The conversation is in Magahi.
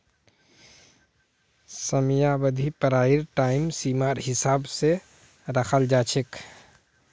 समयावधि पढ़ाईर टाइम सीमार हिसाब स रखाल जा छेक